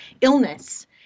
illness